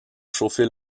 chauffer